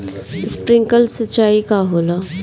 Sprinkler सिंचाई का होला?